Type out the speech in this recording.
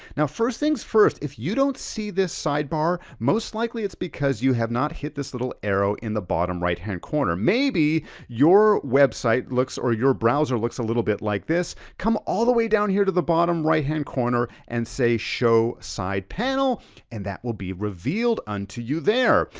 now first things first, if you don't see see this sidebar, most likely, it's because you have not hit this little arrow in the bottom right hand corner, maybe your website looks or your browser looks a little bit like this. come all the way down here to the bottom right hand corner and say show side panel and that will be revealed unto you there.